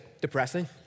depressing